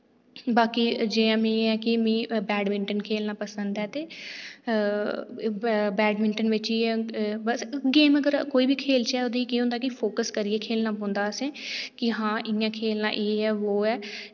बाकी जि'यां मि ऐ कि मि बैडमिंटन खेलना पसंद ऐ ते बैडमिंटन बिच इ'यै बस गेम अगर कोई बी खेलचै उदे केह् होंदा कि फोकस करियै खलेना पौंदा असें कि हां इ'यां खेलना एह् ऐ वो ऐ